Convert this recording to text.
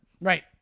right